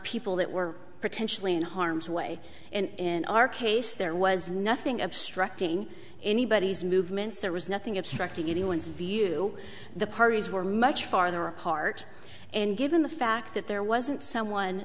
people that were potentially in harm's way in our case there was nothing obstructing anybody's movements there was nothing obstructing anyone's view the parties were much farther apart and given the fact that there wasn't someone